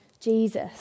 Jesus